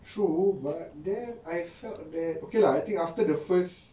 true but then I felt that okay lah I think after the first